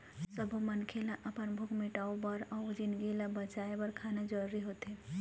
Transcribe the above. सब्बो मनखे ल अपन भूख मिटाउ बर अउ जिनगी ल बचाए बर खाना जरूरी होथे